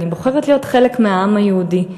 אני בוחרת להיות חלק מהעם היהודי.